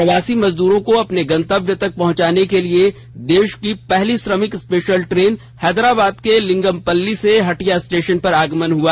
प्रवासी मजदरों को अपने गंतव्य तक पहुंचाने के लिए देश की पहली श्रमिक स्पेशल ट्रेन हैदराबाद के लिंगमपल्ली से हटिया स्टेशन पर आगमन हुआ